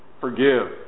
forgive